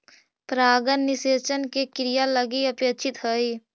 परागण निषेचन के क्रिया लगी अपेक्षित हइ